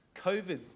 COVID